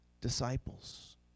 disciples